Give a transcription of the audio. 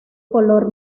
color